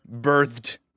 birthed